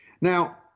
Now